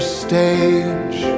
stage